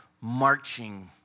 marching